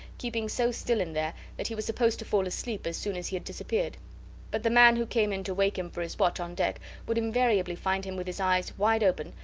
keeping so still in there that he was supposed to fall asleep as soon as he had disappeared but the man who came in to wake him for his watch on deck would invariably find him with his eyes wide open,